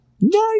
nice